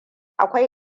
akwai